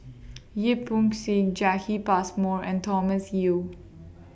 Yip Pin Xiu Passmore and Thomas Yeo